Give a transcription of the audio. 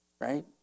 Right